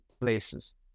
places